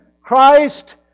Christ